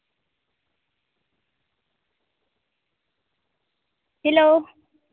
hello